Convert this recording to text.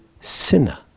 sinner